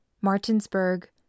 Martinsburg